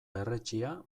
berretsia